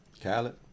Khaled